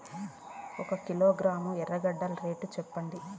ఒక కిలోగ్రాము ఎర్రగడ్డ రేటు సెప్పండి?